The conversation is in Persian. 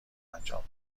انجام